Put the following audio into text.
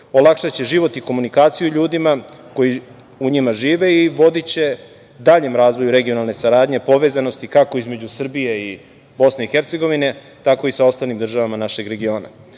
BiH.Olakšaće život i komunikaciju ljudima koji u njima žive i vodiće se daljem razvoju regionalne saradnje, povezanosti, kako između Srbije i BiH, tako i sa ostalim državama našeg regiona. Srbija